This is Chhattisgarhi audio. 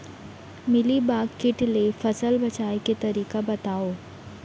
मिलीबाग किट ले फसल बचाए के तरीका बतावव?